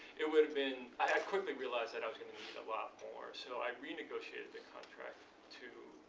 it would've been i i quickly realized that i was going to need a lot more. so i renegotiated the contract to